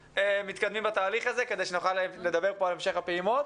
מתקדמים בתהליך הזה כדי שנוכל לדבר פה על המשך הפעימות.